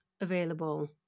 available